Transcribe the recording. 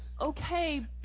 okay